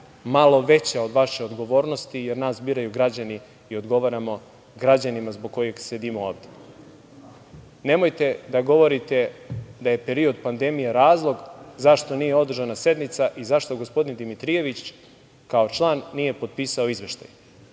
malo veća od vaše odgovornosti, jer nas biraju građani i odgovaramo građana zbog kojih sedimo ovde. Nemojte da govorite da je period pandemije razlog zašto nije održana sednica i zašto gospodin Dimitrijević, kao član, nije potpisao izveštaj.